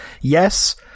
yes